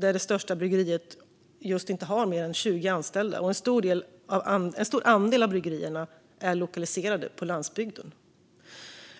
Det största bryggeriet har inte fler än 20 anställda, och en stor andel av bryggerierna är lokaliserade till landsbygden.